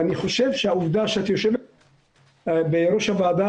אני חושב שהעובדה שאת יושבת בראש הוועדה